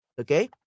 Okay